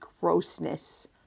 grossness